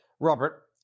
Robert